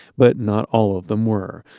but not all of them were.